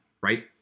Right